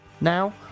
Now